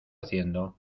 haciendo